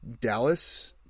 Dallas-